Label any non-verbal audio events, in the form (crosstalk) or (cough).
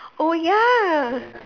oh ya (breath)